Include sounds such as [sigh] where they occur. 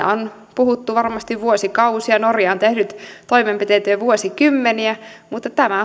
[unintelligible] on puhuttu varmasti vuosikausia norja on tehnyt toimenpiteitä jo vuosikymmeniä mutta tämä [unintelligible]